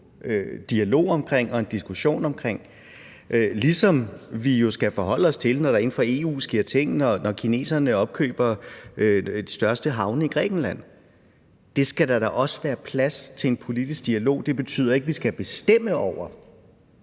dialog og diskussion om, ligesom vi jo skal forholde os til det, når der inden for EU sker ting; som når kineserne opkøber de største havne i Grækenland. Det skal der da også være plads til en politisk dialog om. Det betyder ikke, at vi skal bestemme over